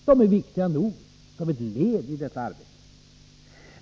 De är viktiga nog som ett led i detta arbete.